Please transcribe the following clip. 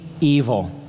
evil